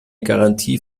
garantie